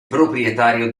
proprietario